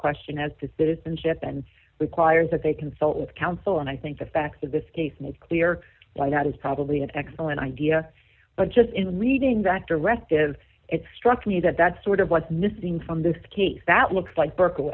question as to citizenship and requires that they consult with counsel and i think the facts of this case make clear why not is probably an excellent idea but just in reading that directive it struck me that that's sort of what's missing from this case that looks like berk